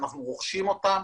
אנחנו רוכשים אותם.